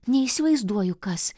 neįsivaizduoju kas